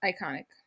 Iconic